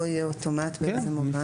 לא יהיה אוטומטי, באיזה מובן?